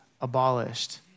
abolished